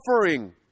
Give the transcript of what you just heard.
suffering